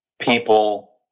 people